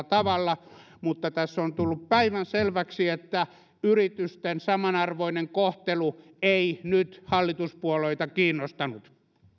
tavalla mutta tässä on tullut päivänselväksi että yritysten samanarvoinen kohtelu ei nyt hallituspuolueita kiinnostanut